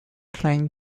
klein